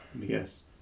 Yes